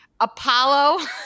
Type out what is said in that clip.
Apollo